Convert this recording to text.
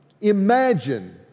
imagine